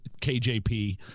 KJP